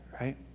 right